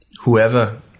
whoever